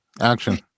Action